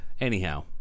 Anyhow